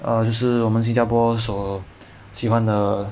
err 就是我们新加坡所喜欢的